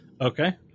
Okay